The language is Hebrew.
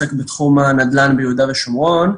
ועוסק בתחום הנדל"ן ביהודה ושומרון.